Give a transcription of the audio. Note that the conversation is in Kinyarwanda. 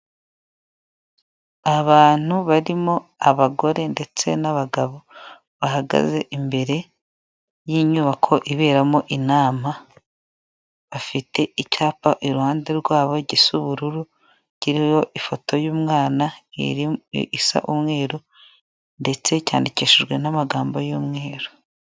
Abantu barimo abagore ndetse n'abagabo bahagaze imbere y'inyubako iberamo inama, bafite icyapa iruhande rwabo gisa ubururu kiriho ifoto y'umwana isa umweru ndetse cyandikishijwe n'amagambo y'umweru.